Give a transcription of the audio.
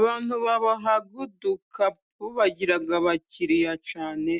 Abantu baboha udukapu, bagira abakiriya cyane,